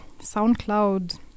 SoundCloud